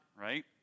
right